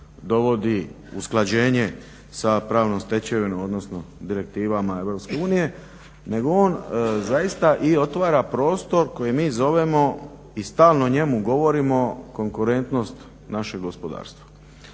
dovodi usklađenje sa pravnom stečevinom odnosno direktivama EU nego on zaista i otvara prostor koji mi zovemo i stalno o njemu govorimo konkurentnost našeg gospodarstva.